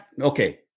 okay